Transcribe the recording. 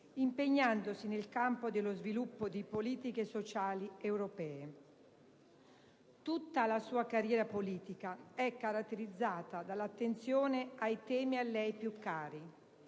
impegnandosi nel campo dello sviluppo di politiche sociali europee. Tutta la sua carriera politica è caratterizzata dall'attenzione ai temi a lei più cari: